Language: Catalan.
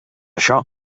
això